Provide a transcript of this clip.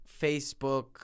Facebook